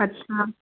हा